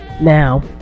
Now